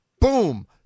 Boom